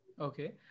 Okay